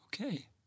Okay